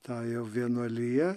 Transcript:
tą jau vienuoliją